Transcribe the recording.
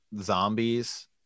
zombies